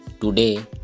today